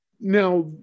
now